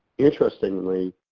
interestingly,